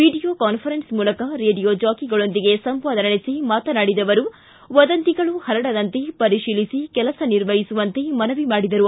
video conference ಮೂಲಕ radio ಜಾಕಿಗಳೊಂದಿಗೆ ಸಂವಾದ ನಡೆಸಿ ಮಾತನಾಡಿದ ಅವರು ವದಂತಿಗಳು ಪರಡದಂತೆ ಪರಿಶೀಲಿಸಿ ಕೆಲಸ ನಿರ್ವಹಿಸುವಂತೆ ಮನವಿ ಮಾಡಿದರು